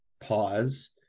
pause